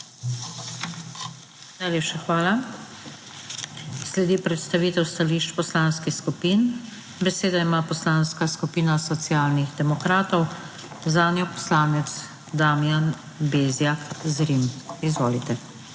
Najlepša hvala. Sledi predstavitev stališč poslanskih skupin. Besedo ima Poslanska skupina Socialnih demokratov, zanjo poslanec Damijan Bezjak Zrim. Izvolite.